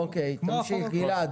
אוקיי, תמשיך גלעד.